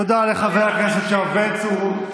תודה לחבר הכנסת יואב בן צור.